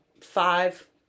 five